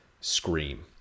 scream